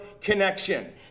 connection